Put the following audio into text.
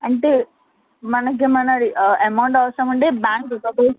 అంటే మనకు ఏమైన అమౌంట్ అవసరం ఉంటే బ్యాంక్ సపోస్